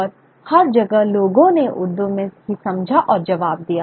और हर जगह लोगों ने उर्दू में ही समझा और जवाब दिया